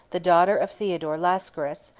the daughter of theodore lascaris,